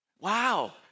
Wow